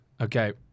okay